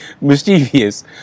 mischievous